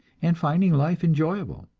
and finding life enjoyable.